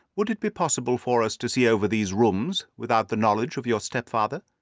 would it be possible for us to see over these rooms without the knowledge of your stepfather?